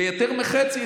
ביותר מחצי,